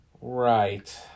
Right